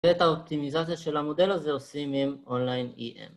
ואת האופטימיזציה של המודל הזה עושים עם אונליין EM